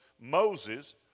Moses